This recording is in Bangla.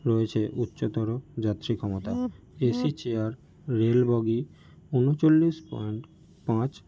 রয়েছে উচ্চতর যাত্রী ক্ষমতা এসি চেয়ার রেল বগি উনচল্লিশ পয়েন্ট পাঁচ